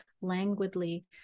languidly